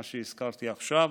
מה שהזכרתי עכשיו.